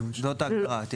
זאת ההגדרה.